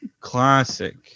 classic